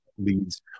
leads